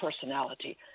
personality